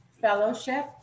fellowship